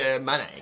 money